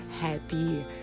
happy